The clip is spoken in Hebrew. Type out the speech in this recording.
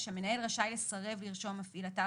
6. המנהל רשאי לסרב לרשום מפעיל אתר